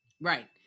Right